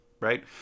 right